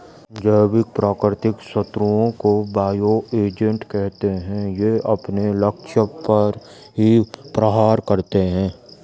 जैविक प्राकृतिक शत्रुओं को बायो एजेंट कहते है ये अपने लक्ष्य पर ही प्रहार करते है